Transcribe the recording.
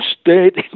state